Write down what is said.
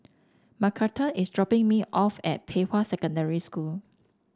Macarthur is dropping me off at Pei Hwa Secondary School